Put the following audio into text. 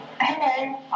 Hello